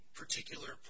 particular